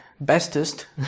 bestest